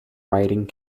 writing